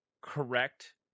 correct